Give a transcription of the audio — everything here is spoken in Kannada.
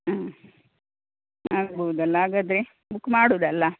ಹ್ಞೂ ಆಗ್ಬೋದಲ್ಲ ಹಾಗಾದ್ರೆ ಬುಕ್ ಮಾಡುದಲ್ಲಾ